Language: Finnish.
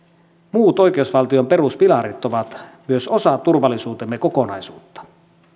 muut oikeusvaltion peruspilarit ovat myös osa turvallisuutemme kokonaisuutta